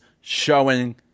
showing